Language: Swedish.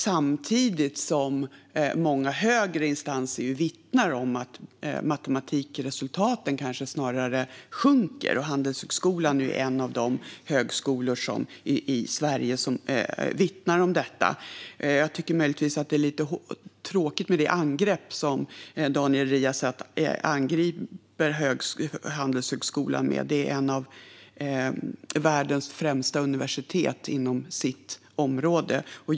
Samtidigt vittnar många högre instanser nu om att matematikresultaten kanske snarare sjunker. Handelshögskolan är en av de högskolor i Sverige som vittnar om det. Jag tycker möjligtvis att Daniel Riazats angrepp på Handelshögskolan är lite tråkigt. Det är ett av världens främsta universitet inom sitt område.